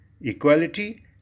equality